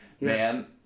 man